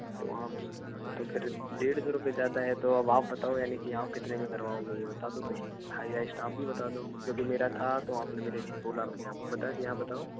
तो आप तो फिर डेढ़ सौ रूपये ज़्यादा है तो अब आप बताओ यानि की आप कितने में करवाओगे ये बता दो फिर हाइ हाइ स्टॉप भी बता दो क्योंकि मेरा था तो आपने मेरे बोला तो मैंने आपको बता दिया आप बताओ